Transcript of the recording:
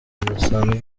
rudasanzwe